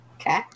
Okay